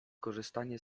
korzystanie